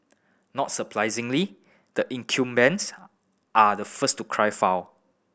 not surprisingly the incumbents are the first to cry foul